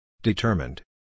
Determined